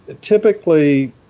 typically